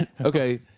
okay